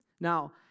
Now